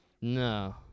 No